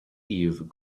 eve